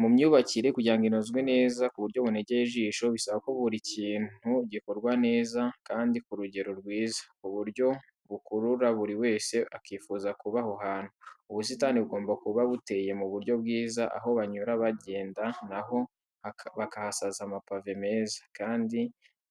Mu myubakire kugira ngo inozwe neza mu buryo bunogeye ijisho bisaba ko buri kintu gikorwa neza kandi ku rugero rwiza ku buryo bukurura buri wese akifuza kuba aho hantu. Ubusitani bugomba kuba buteye mu buryo bwiza, aho banyura bagenda na ho bakahasasa amapave meza, kandi